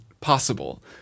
possible